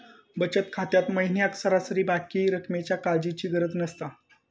बचत खात्यात महिन्याक सरासरी बाकी रक्कमेच्या काळजीची गरज नसता